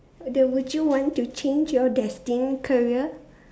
the would you want to change your destined career